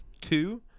two